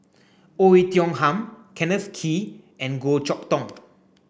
Oei Tiong Ham Kenneth Kee and Goh Chok Tong